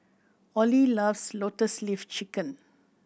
Ollie loves Lotus Leaf Chicken